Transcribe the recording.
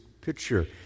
picture